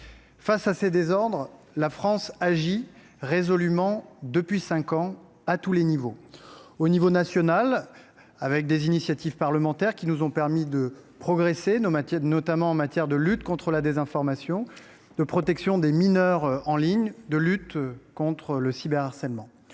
Face à ces désordres, la France agit résolument depuis cinq ans, à tous les niveaux. Nous agissons au niveau national, grâce à des initiatives parlementaires qui nous ont permis de progresser, notamment en matière de lutte contre la désinformation ou de protection de l’enfance en ligne – je pense au cyberharcèlement.